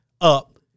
up